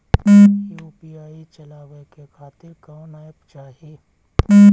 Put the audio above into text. UPI चलवाए के खातिर कौन एप चाहीं?